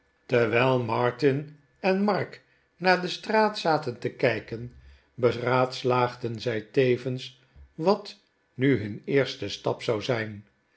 terwijl martin en mark naar de straat zaten te kijken beraadslaagden zij tevens wat nu hun eerste stap zou zijn